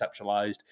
conceptualized